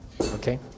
Okay